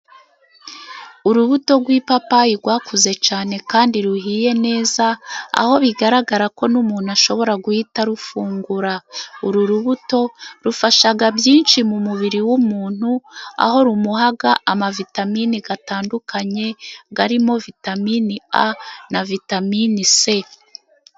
Urubuto rw'ipapayi rwakuze cyane kandi ruhiye neza, aho bigaragara ko n'umuntu ashobora guhita arufungura. Uru rubuto, rufasha byinshi mu mubiri w'umuntu, aho rumuha amavitamini atandukanye, arimo vitaminini A, na vitaminini C.